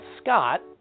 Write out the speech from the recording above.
Scott